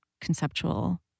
conceptual